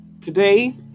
Today